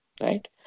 right